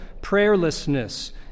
prayerlessness